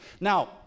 Now